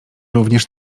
również